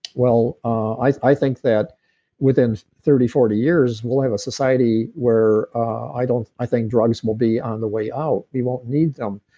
well, ah i i think that within thirty, forty years we'll have a society where i don't. i think drugs will be on the way out. we won't need them,